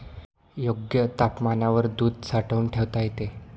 योग्य तापमानावर दूध साठवून ठेवता येते